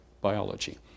biology